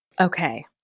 Okay